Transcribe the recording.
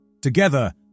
Together